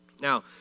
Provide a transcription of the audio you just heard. Now